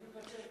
אני מוותר.